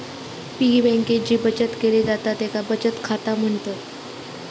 piggy बँकेत जी बचत केली जाता तेका बचत खाता म्हणतत